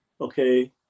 okay